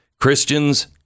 Christians